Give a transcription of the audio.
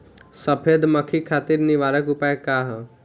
सफेद मक्खी खातिर निवारक उपाय का ह?